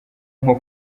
nko